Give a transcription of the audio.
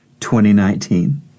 2019